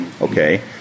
okay